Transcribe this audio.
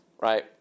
right